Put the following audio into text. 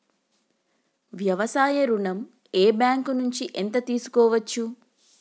వ్యవసాయ ఋణం ఏ బ్యాంక్ నుంచి ఎంత తీసుకోవచ్చు?